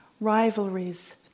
rivalries